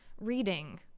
reading